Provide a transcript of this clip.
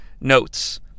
Notes